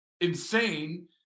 insane